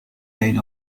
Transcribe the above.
line